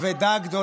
מי יעמוד פה